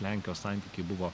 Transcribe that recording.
lenkijos santykiai buvo